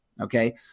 okay